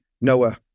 Noah